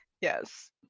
Yes